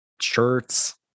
shirts